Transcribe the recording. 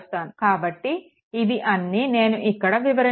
కాబట్టి ఇవి అన్నీ నేను ఇక్కడ వివరించాను